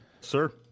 Sir